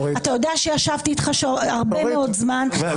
כי אתה יודע שישבתי איתך הרבה מאוד זמן.